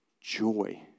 joy